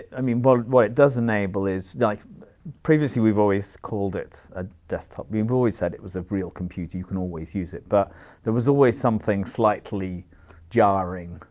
i mean but what it does enable, like previously we've always called it a desktop. we've always said it was a real computer. you can always use it, but there was always something slightly jarring,